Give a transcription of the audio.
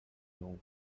d’euros